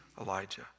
Elijah